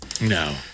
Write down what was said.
No